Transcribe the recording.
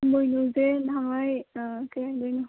ꯏꯃꯣꯏꯅꯨꯁꯦ ꯅꯍꯥꯟꯋꯥꯏ ꯀꯩ ꯍꯥꯏꯗꯣꯏꯅꯣ